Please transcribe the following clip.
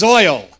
oil